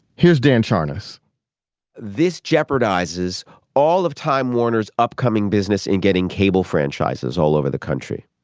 here's dan charnas this jeopardizes all of time warner's upcoming business in getting cable franchises all over the country.